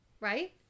Right